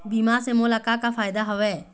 बीमा से मोला का का फायदा हवए?